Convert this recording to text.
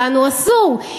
לנו אסור?